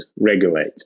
regulate